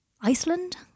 Iceland